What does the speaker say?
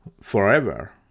forever